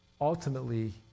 Ultimately